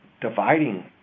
dividing